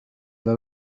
إلى